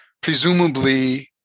presumably